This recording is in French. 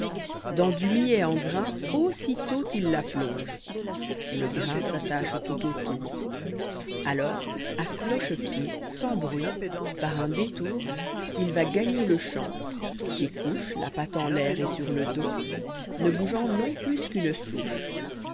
ans du millet en grain aussitôt illa plonge le grain s'attache tout autour alors à cloche-pied sans bruit par un détour h va gagner le champ s'y couche la patte en l'air e i sur le dos ne bougeant non plus qu'une souche